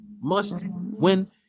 must-win